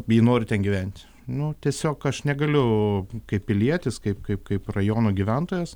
jei norite gyventi nu tiesiog aš negaliu kaip pilietis kaip kaip kaip rajono gyventojas